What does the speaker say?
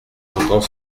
j’entends